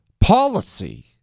policy